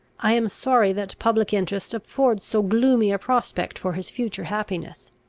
i am sorry that public interest affords so gloomy a prospect for his future happiness.